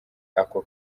ako